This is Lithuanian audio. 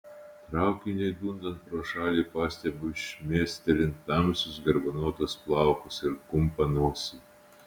traukiniui dundant pro šalį pastebiu šmėstelint tamsius garbanotus plaukus ir kumpą nosį